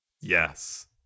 yes